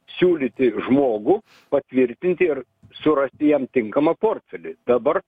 siūlyti žmogų patvirtinti ir surasti jam tinkamą portfelį dabar